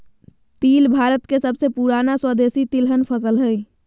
तिल भारत के सबसे पुराना स्वदेशी तिलहन फसल हइ